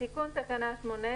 תיקון תקנה 18: